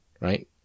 right